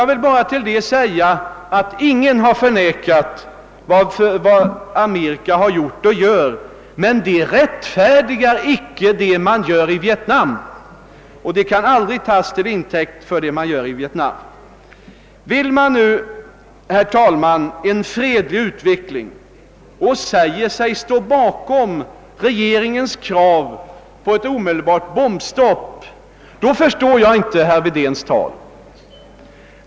Härtill vill jag bara säga att ingen förnekar vad Amerika gjort och gör, men detta rättfärdigar inte och kan aldrig tas till intäkt för vad som nu sker i Vietnam. Önskar man, herr talman, en fredlig utveckling och säger man sig stå bakom regeringens krav på ett omedelbart bombstopp, förstår jag inte herr Wedéns tal.